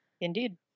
indeed